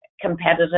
competitive